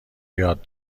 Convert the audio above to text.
یاد